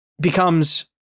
becomes